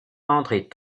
andrée